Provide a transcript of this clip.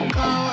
go